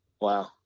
Wow